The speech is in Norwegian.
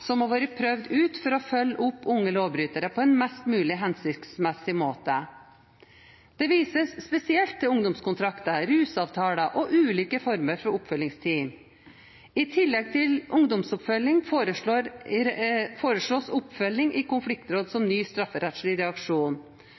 som har vært prøvd ut for å følge opp unge lovbrytere på en mest mulig hensiktsmessig måte. Det vises spesielt til ungdomskontrakter, rusavtaler og ulike former for oppfølgingsteam. I tillegg til ungdomsoppfølging foreslås oppfølging i konfliktråd som ny strafferettslig reaksjon.